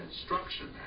instruction